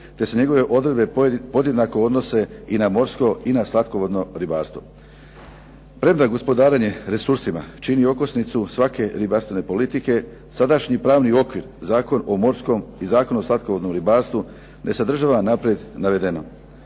te se njegove odredbe podjednako odnose i na morsko i slatkovodno ribarstvo. Premda gospodarenje resursima čini okosnicu svake ribarstvene politike, sadašnji pravni okvir, Zakon o morskom i Zakon o slatkovodnom ribarstvu ne sadržava naprijed navedeno.